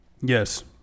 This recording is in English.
Yes